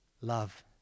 Love